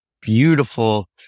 beautiful